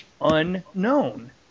Unknown